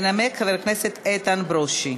ינמק חבר הכנסת איתן ברושי.